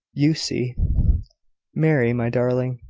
you see mary, my darling,